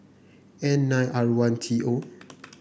N nine R one T O